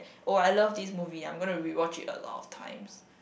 oh I love this movie I'm gonna rewatch it a lot of times